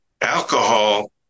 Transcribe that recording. alcohol